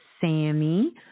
Sammy